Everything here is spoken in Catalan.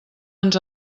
ens